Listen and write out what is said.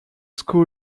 school